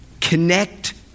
connect